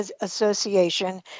association